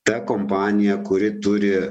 ta kompanija kuri turi